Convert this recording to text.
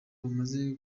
bamaze